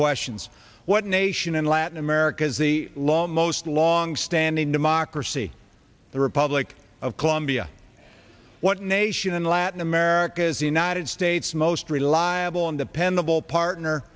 questions what nation in latin america's the long most longstanding democracy the republic of colombia what nation in latin america is the united states most reliable and dependable partner